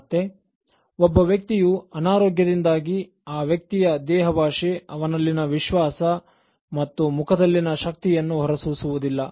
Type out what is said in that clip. ಮತ್ತೆ ಒಬ್ಬ ವ್ಯಕ್ತಿಯು ಅನಾರೋಗ್ಯದಿಂದಾಗಿ ಆ ವ್ಯಕ್ತಿಯ ದೇಹ ಭಾಷೆ ಅವನಲ್ಲಿನ ವಿಶ್ವಾಸ ಮತ್ತು ಮುಖದಲ್ಲಿನ ಶಕ್ತಿಯನ್ನು ಹೊರಸೂಸುವುದಿಲ್ಲ